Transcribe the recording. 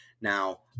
Now